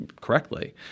correctly